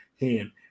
hand